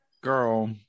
girl